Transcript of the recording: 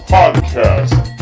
Podcast